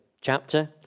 chapter